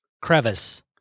crevice